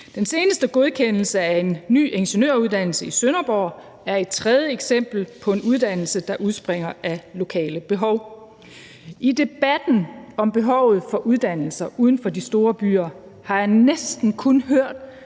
Den seneste godkendelse af en ny ingeniøruddannelse i Sønderborg er et tredje eksempel på en uddannelse, der udspringer af lokale behov. Kl. 20:37 I debatten om behovet for uddannelser uden for de store byer har jeg næsten kun hørt